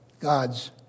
God's